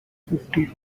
fifty